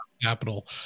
capital